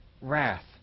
wrath